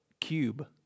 cube